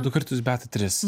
du kartus beata tris